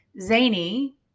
Zany